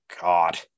God